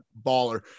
baller